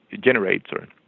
generator